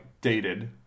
dated-